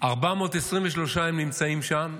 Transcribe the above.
423 ימים הם נמצאים שם,